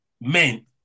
men